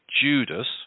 Judas